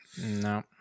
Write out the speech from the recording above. No